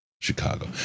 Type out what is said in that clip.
Chicago